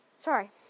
Sorry